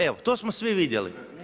Evo to smo svi vidjeli.